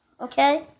Okay